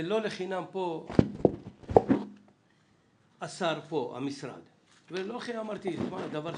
לחינם המשרד פה ולא לחינם אמרתי שהתנועות